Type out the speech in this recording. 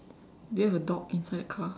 do you have a dog inside the car